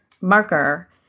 marker